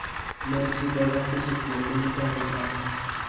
मिर्च की पौधा किस महीने में तैयार होता है?